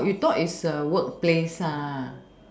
you thought is a workplace